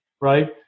right